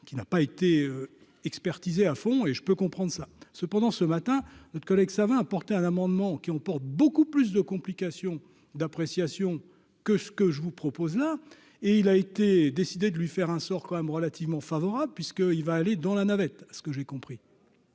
qui n'a pas été expertisée à fond et je peux comprendre ça cependant ce matin que ça va apporter un amendement qui ont pour beaucoup plus de complications d'appréciation que ce que je vous propose là et il a été décidé de lui faire un sort quand même relativement favorable puisque il va aller dans la navette, ce que j'ai compris.